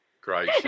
Great